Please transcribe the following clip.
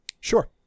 Sure